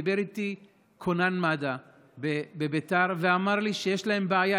דיבר איתי כונן מד"א בביתר ואמר לי שיש להם בעיה.